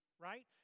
right